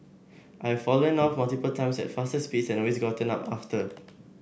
I've fallen off multiple times at faster speeds and always gotten up after